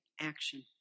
action